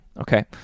okay